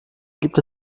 gibt